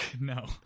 No